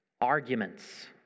arguments